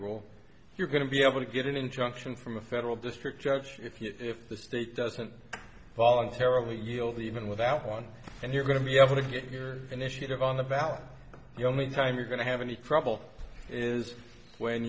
role you're going to be able to get an injunction from a federal district judge if you if the state doesn't voluntarily yield even without one and you're going to be able to get your initiative on the ballot the only time you're going to have any trouble is when